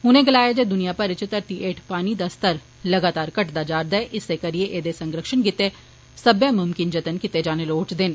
उनें गलाया जे दुनिया भरै च धरतै हेठ पानियै दा स्तर लगातार घटदा जा'रदा ऐ इस करियै एह्दे संरक्षण गितै सब्बै मुमकिन जतन कीते जाने लोड़चदे न